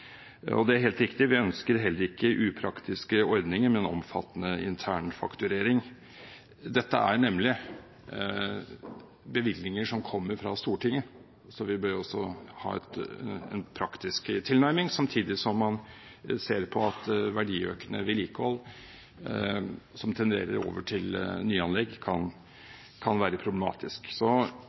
Og det er helt riktig – vi ønsker ikke upraktiske ordninger med en omfattende intern fakturering. Dette er nemlig bevilgninger som kommer fra Stortinget, så vi bør ha en praktisk tilnærming, samtidig som man ser på at verdiøkende vedlikehold, som tenderer over til nyanlegg, kan være problematisk.